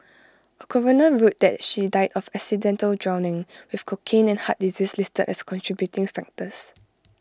A coroner ruled that she died of accidental drowning with cocaine and heart disease listed as contributing factors